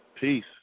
Peace